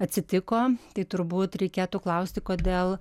atsitiko tai turbūt reikėtų klausti kodėl